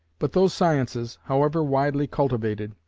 but those sciences, however widely cultivated,